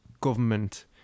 government